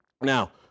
Now